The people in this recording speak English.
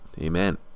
Amen